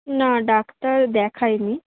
না ডাক্তার দেখাই নি